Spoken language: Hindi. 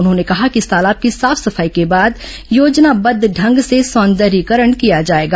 उन्होंने कहा कि इस तालाब की साफ सफाई के बाद योजनाबद्व ढंग से सौंदर्यीकरण किया जाएगा